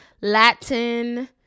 latin